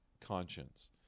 conscience